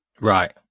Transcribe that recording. Right